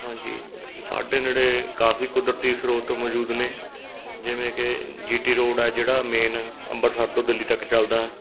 ਹਾਂਜੀ ਸਾਡੇ ਨੇੜੇ ਕਾਫੀ ਕੁਦਰਤੀ ਸਰੋਤ ਮੌਜੂਦ ਨੇ ਜਿਵੇਂ ਕਿ ਜੀ ਟੀ ਰੋਡ ਹੈ ਜਿਹੜਾ ਮੇਨ ਅੰਮ੍ਰਿਤਸਰ ਤੋਂ ਦਿੱਲੀ ਤੱਕ ਚੱਲਦਾ